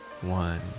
One